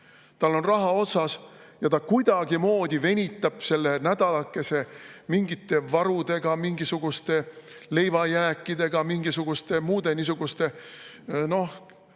Tal on raha otsas ja ta kuidagimoodi venitab nädalakese mingite varudega, mingisuguste leivajääkidega ja muude niisuguste